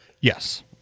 Yes